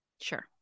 sure